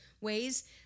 ways